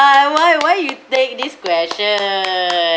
!wow! why why you take this question